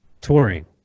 touring